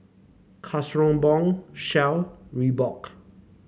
Kronenbourg Shell Reebok